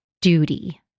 duty